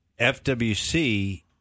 FWC